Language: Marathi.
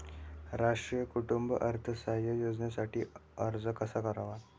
राष्ट्रीय कुटुंब अर्थसहाय्य योजनेसाठी अर्ज कसा करावा?